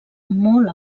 molt